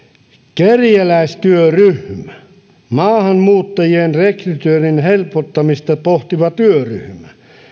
kerjäläistyöryhmä maahanmuuttajien rekrytoinnin helpottamista pohtiva työryhmä